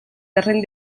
terreny